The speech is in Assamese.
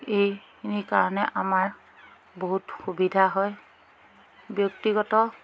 এইকাৰণে আমাৰ বহুত সুবিধা হয় ব্যক্তিগত